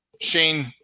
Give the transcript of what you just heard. Shane